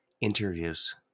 interviews